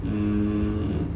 um